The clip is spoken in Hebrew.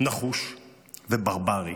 נחוש וברברי,